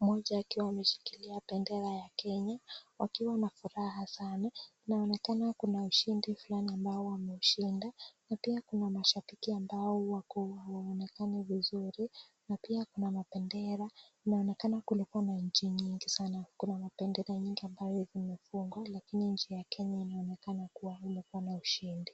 mmoja akiwa ameshikilia bendera ya Kenya wakiwa na furaha sana inaonekana kuna ushindi fulani ambao wameshinda na pia kuna shabiki ambao wako umbali hawaonekani vizuri na pia kuna mabendera inaonekana kulikuwa na nchi nyingi sana, kuna mabendera nyingi ambayo imefungwa lakini nchi ya Kenya inaonekana kuwa iliibuka na ushindi.